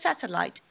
satellite